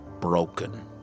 broken